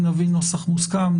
נביא נוסח מוסכם,